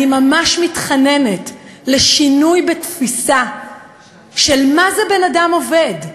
אני ממש מתחננת לשינוי בתפיסה של מה זה בן-אדם עובד.